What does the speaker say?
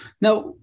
Now